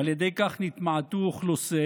ועל ידי כך נתמעטו אוכלוסיהם.